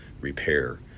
repair